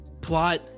plot